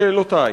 שאלותי: